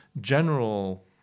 general